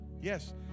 Yes